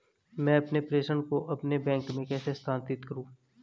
मैं अपने प्रेषण को अपने बैंक में कैसे स्थानांतरित करूँ?